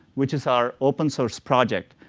which is our open source project,